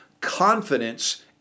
confidence